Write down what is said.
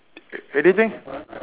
anything